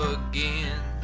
again